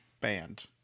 band